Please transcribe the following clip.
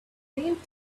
went